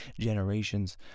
generations